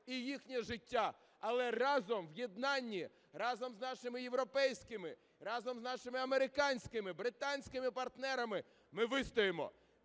і їхнє життя. Але разом, в єднанні, разом з нашими європейськими, разом з нашими американськими, британськими партнерами ми вистоїмо.